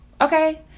Okay